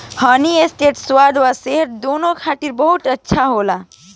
हनी toast स्वाद आ सेहत दूनो खातिर बहुत अच्छा होखेला